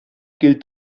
gilt